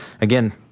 again